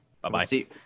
Bye-bye